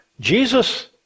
Jesus